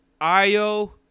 Io